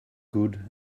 good